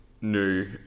new